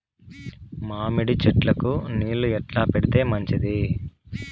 మామిడి చెట్లకు నీళ్లు ఎట్లా పెడితే మంచిది?